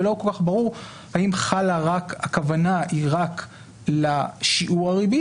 ואז לא כל כך ברור האם הכוונה היא רק לשיעור הריבית